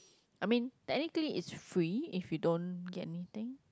I mean technically it's free if you don't get anything